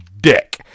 dick